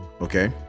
okay